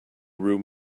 room